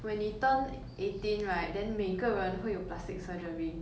when 你 turn eighteen right then 每个人会有 plastic surgery